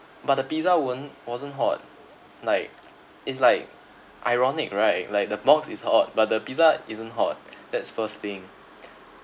but the pizza weren't wasn't hot like it's like ironic right like the box is hot but the pizza isn't hot that's first thing